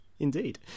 Indeed